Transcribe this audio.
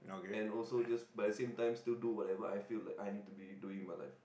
and also just by the same time still do whatever I feel like I need to be doing in my life